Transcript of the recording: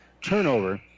turnover